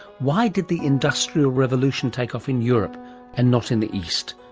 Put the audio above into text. why did the industrial revolution take off in europe and not in the east?